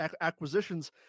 acquisitions